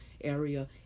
area